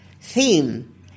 theme